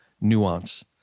nuance